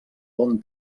bon